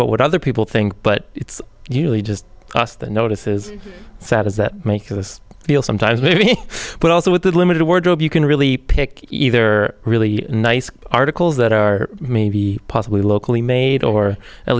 about what other people think but it's usually just us the notices sad is that make us feel sometimes me but also with the limited wardrobe you can really pick either really nice articles that are maybe possibly locally made or at